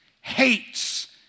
hates